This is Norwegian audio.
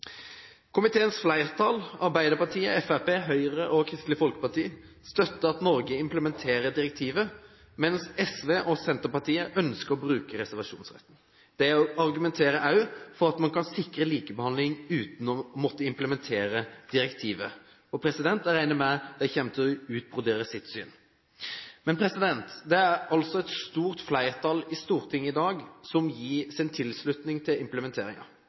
Komiteens flertall – Arbeiderpartiet, Fremskrittspartiet, Høyre og Kristelig Folkeparti – støtter at Norge implementerer direktivet, mens SV og Senterpartiet ønsker å bruke reservasjonsretten. De argumenterer også for at man kan sikre likebehandling uten å måtte implementere direktivet. Jeg regner med at de kommer til å utbrodere sitt syn. Det er altså et stort flertall i Stortinget som i dag gir sin tilslutning til